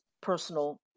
personal